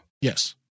Yes